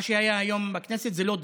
מה שהיה היום בכנסת זה לא דרמה,